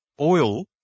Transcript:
Oil